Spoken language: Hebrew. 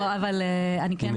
יש